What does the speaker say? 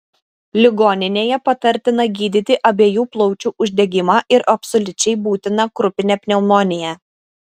ligoninėje patartina gydyti abiejų plaučių uždegimą ir absoliučiai būtina krupinę pneumoniją